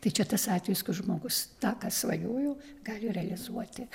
tai čia tas atvejis kai žmogus tą ką svajojo gali realizuoti